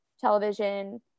television